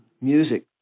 music